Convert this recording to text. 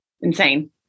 insane